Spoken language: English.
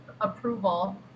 approval